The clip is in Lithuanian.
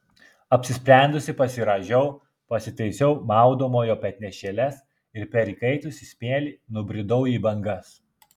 apsisprendusi pasirąžiau pasitaisiau maudomojo petnešėles ir per įkaitusį smėlį nubridau į bangas